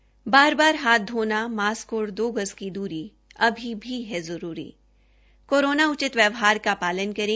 बार बार हाथ धोना मास्क और दो गज की दूरी अभी भी है जरूरी कोरोना उचित व्यवहार का पालन करे